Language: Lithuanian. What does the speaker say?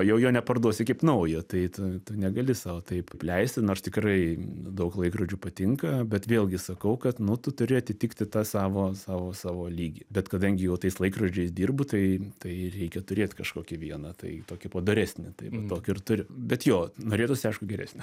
jau jo neparduosiu kaip naujo tai tu tu negali sau taip leisti nors tikrai daug laikrodžių patinka bet vėlgi sakau kad nu tu turi atitikti tą savo savo savo lygį bet kadangi jau tais laikrodžiais dirbu tai tai reikia turėt kažkokį vieną tai tokį padoresnį tai va tokį ir turiu bet jo norėtųsi aišku geresnio